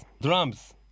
Drums